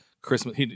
Christmas